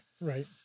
right